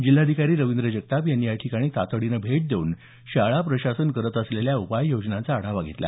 जिल्हाधिकारी रवींद्र जगताप यांनी या ठिकाणी तातडीने भेट देऊन शाळा प्रशासन करत असलेल्या उपाययोजनांचा आढावा घेतला